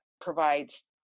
provides